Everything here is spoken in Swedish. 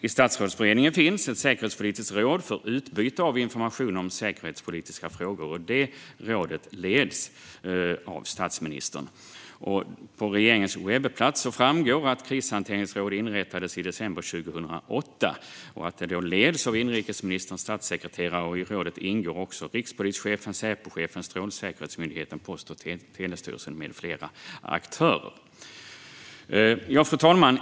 I Statsrådsberedningen finns ett säkerhetspolitiskt råd för utbyte av information om säkerhetspolitiska frågor, och detta råd leds av statsministern. På regeringens webbplats framgår att krishanteringsråd inrättades i december 2008 och att detta råd leds av inrikesministerns statssekreterare. I rådet ingår också rikspolischefen, Säpochefen, Strålsäkerhetsmyndigheten, Post och telestyrelsen med flera aktörer. Fru talman!